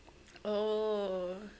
oh